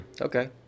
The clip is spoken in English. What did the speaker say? Okay